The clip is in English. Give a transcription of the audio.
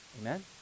amen